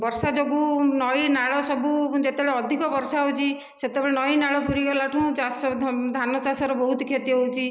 ବର୍ଷା ଯୋଗୁଁ ନଈ ନାଳ ସବୁ ଯେତବଳେ ଅଧିକ ବର୍ଷା ହେଉଛି ସେତେବଳେ ନଈ ନାଳ ପୁରିଗଲାଠୁଁ ଚାଷ ଧାନ ଚାଷର ବହୁତ କ୍ଷତି ହେଉଛି